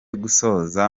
gusoza